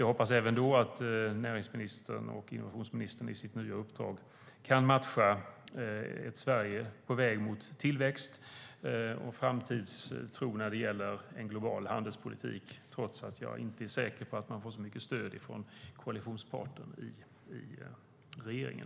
Jag hoppas att närings och innovationsministern i sitt nya uppdrag kan matcha ett Sverige på väg mot tillväxt och framtidstro i en global handelspolitik trots att jag inte är säker på att man får så mycket stöd från koalitionspartnern i regeringen.